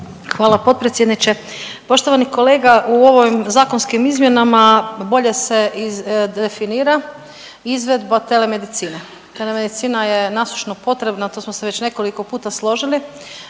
Hvala potpredsjedniče. Poštovani kolega u ovim zakonskim izmjenama bolje se definira izvedba telemedicina. Telemedicina je nasušno potrebna. To smo se već nekoliko puta složili,